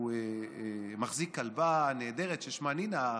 הוא מחזיק כלבה נהדרת ששמה נינה.